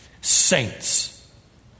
saints